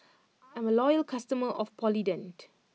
I'm a loyal customer of Polident